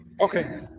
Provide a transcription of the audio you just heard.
Okay